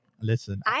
listen